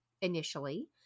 initially